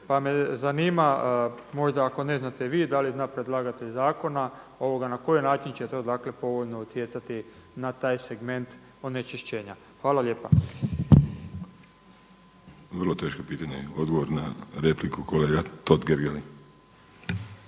Pa me zanima, možda ako ne znate vi da li zna predlagatelj zakona ovoga na koji način će to povoljno utjecati na taj segment onečišćenja. Hvala lijepa. **Vrdoljak, Ivan (HNS)** Vrlo teško pitanje. Odgovor na repliku kolega Totgergeli.